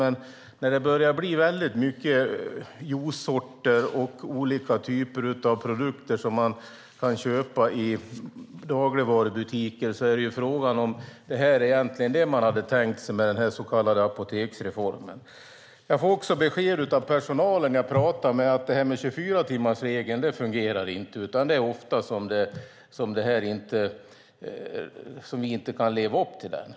Men när det börjar bli många sorters juice och andra produkter som man kan köpa i dagligvarubutiker kan man undra om det är vad man hade tänkt sig med den så kallade apoteksreformen. Av personalen fick jag beskedet att 24-timmarsregeln inte fungerar och att man ofta inte kan leva upp till den.